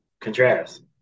Contreras